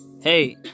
Hey